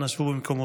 אנא שבו במקומותיכם.